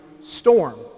storm